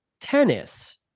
tennis